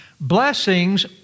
blessings